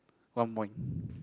one point